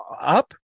up